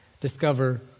discover